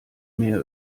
mehr